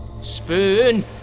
Spoon